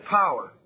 power